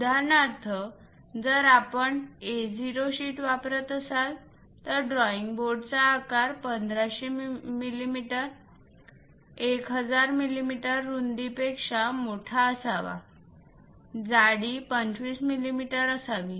उदाहरणार्थ जर आपण A 0 शीट वापरत असाल तर ड्रॉईंग बोर्डचा आकार 1500 मिमी 1000 मिमी रूंदीपेक्षा मोठा असावा जाडी 25 मिलीमीटर असावी